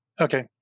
Okay